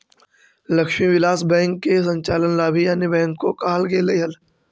Lakshmi Vilas bank के संचालन ला भी अन्य बैंक को कहल गेलइ हल